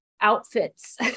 outfits